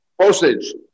Postage